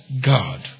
God